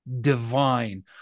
divine